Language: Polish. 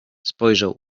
spojrzał